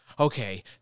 okay